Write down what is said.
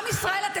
עם ישראל,